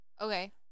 okay